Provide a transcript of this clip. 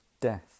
death